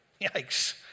Yikes